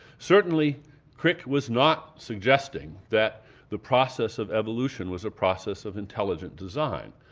certainly crick was not suggesting that the process of evolution was a process of intelligent design.